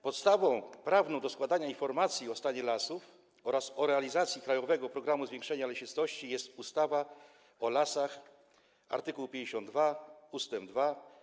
Podstawą prawną składania informacji o stanie lasów oraz o realizacji „Krajowego programu zwiększania lesistości” jest ustawa o lasach - art. 52 ust. 2.